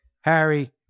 Harry